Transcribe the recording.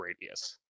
radius